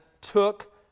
took